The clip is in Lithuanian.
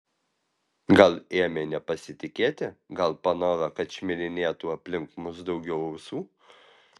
gal ėmė nepasitikėti gal panoro kad šmirinėtų aplink mus daugiau ausų